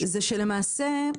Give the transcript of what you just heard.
למעשה,